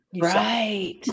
Right